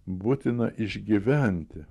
būtina išgyventi